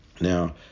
Now